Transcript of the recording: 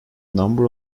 number